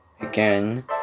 Again